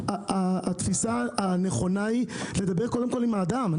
התפיסה הנכונה היא לדבר קודם כול עם האדם.